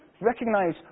Recognise